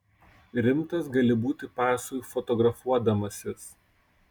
rimtas gali būti pasui fotografuodamasis